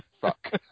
fuck